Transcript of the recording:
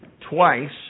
twice